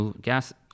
gas